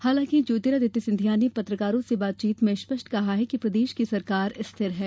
हालांकि ज्योतिरादित्य सिंधिया ने पत्रकारों से बातचीत में स्पष्ट कहा कि प्रदेश की सरकार स्थिर है